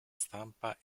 stampa